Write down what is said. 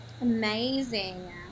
Amazing